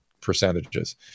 percentages